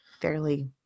fairly